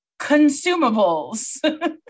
consumables